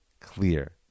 clear